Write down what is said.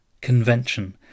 Convention